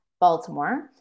Baltimore